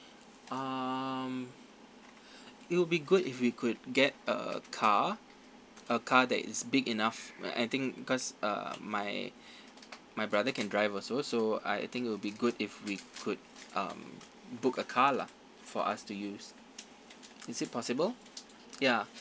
um it will be good if we could get a car a car that is big enough my I think cause uh my my brother can drive also I think it will be good if we could um book a car lah for us to use is it possible ya